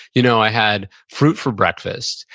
you know i had fruit for breakfast.